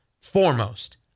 foremost